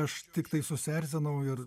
aš tiktai susierzinau ir